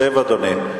שב, אדוני.